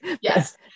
Yes